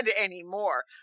anymore